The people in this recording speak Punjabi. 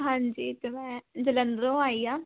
ਹਾਂਜੀ ਅਤੇ ਮੈਂ ਜਲੰਧਰ ਤੋਂ ਆਈ ਹਾਂ